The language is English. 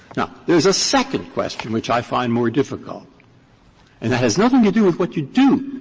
now, there is a second question which i find more difficult and that has nothing to do with what you do.